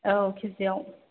औ केजिआव